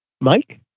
Mike